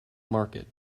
market